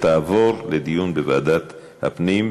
תעבור לדיון בוועדת הפנים.